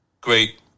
great